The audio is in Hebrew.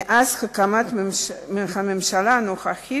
מאז הקמת הממשלה הנוכחית,